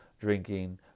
drinking